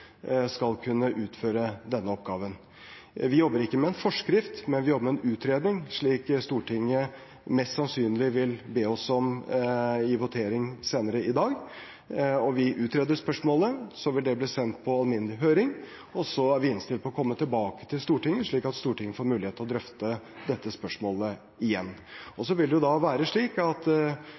skal kunne utføre denne oppgaven. Vi jobber ikke med en forskrift, men vi jobber med en utredning, slik Stortinget mest sannsynlig vil be oss om i votering senere i dag, og vi utreder spørsmålet. Så vil det bli sendt på alminnelig høring, og så er vi innstilt på å komme tilbake til Stortinget, slik at Stortinget får mulighet til å drøfte dette spørsmålet igjen. Og så vil det jo være slik at